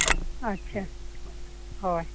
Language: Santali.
ᱟᱪᱷᱟ ᱦᱳᱭ